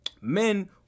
men